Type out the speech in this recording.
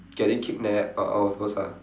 getting kidnapped or all of those ah